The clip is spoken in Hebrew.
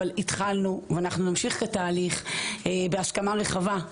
אבל התחלנו ואנחנו נמשיך את התהליך בהסכמה רחבה.